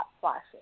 flashes